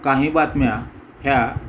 काही बातम्या ह्या